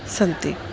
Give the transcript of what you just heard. सन्ति